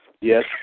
Yes